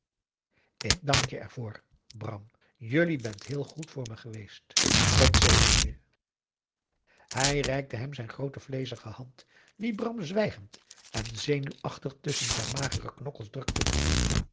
ik dank je ervoor bram jullie bent heel goed voor me geweest god zegen je hij reikte hem zijn groote vleezige hand die bram zwijgend en zenuwachtig tusschen zijn magere knokkels drukte